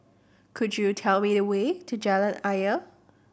could you tell me the way to Jalan Ayer